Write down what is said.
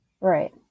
Right